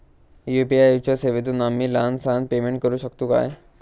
UPI च्या सेवेतून आम्ही लहान सहान पेमेंट करू शकतू काय?